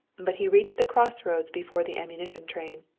but he reached the crossroads before the ammunition train.